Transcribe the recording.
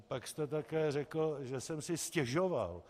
Pak jste také řekl, že jsem si stěžoval.